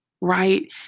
right